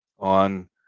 On